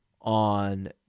on